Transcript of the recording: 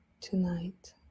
tonight